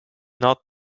not